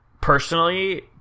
personally